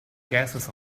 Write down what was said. gases